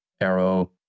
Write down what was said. arrow